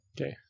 Okay